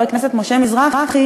חבר הכנסת משה מזרחי,